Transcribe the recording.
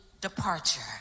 departure